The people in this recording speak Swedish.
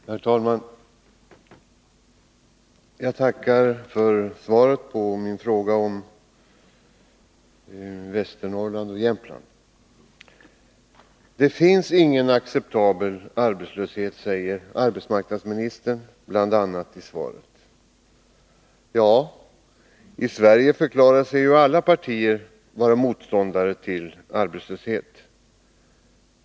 Herr talman! Jag tackar för svaret på mina interpellationer om arbetslösheten i Jämtland och Västernorrland. ”Det finns ingen acceptabel arbetslöshet”, säger arbetsmarknadsminis tern bl.a. i svaret. I Sverige förklarar sig alla partier vara motståndare till arbetslöshet.